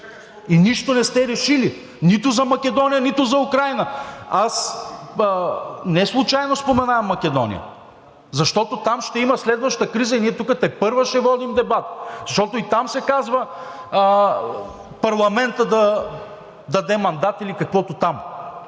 Нищо не сте решили – нито за Македония, нито за Украйна! Аз неслучайно споменавам Македония, защото там ще има следваща криза и тук ние тепърва ще водим дебат, защото и там се казва: парламентът да даде мандат или каквото е там,